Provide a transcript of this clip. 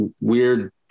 weird